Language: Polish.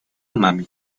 palmami